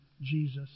Jesus